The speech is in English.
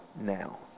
now